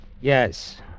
Yes